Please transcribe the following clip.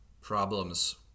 problems